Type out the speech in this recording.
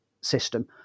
system